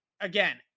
Again